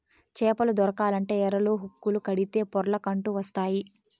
చేపలు దొరకాలంటే ఎరలు, హుక్కులు కడితే పొర్లకంటూ వస్తాయి